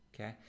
Okay